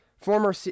Former